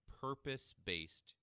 purpose-based